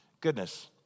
Goodness